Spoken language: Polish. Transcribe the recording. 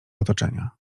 otoczenia